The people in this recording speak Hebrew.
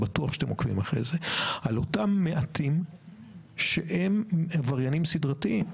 על אותם מעטים שהם עבריינים סדרתיים.